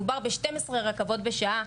מדובר ב-12 רכבות בשעה,